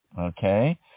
Okay